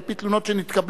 על-פי תלונות שנתקבלו,